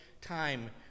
time